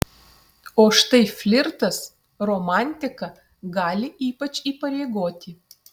o štai flirtas romantika gali ypač įpareigoti